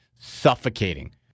suffocating